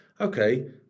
Okay